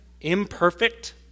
imperfect